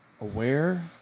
aware